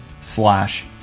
slash